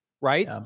right